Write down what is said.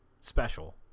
special